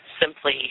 simply